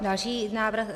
Další návrh.